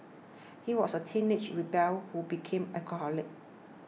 he was a teenage rebel who became alcoholic